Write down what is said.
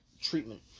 treatment